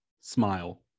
smile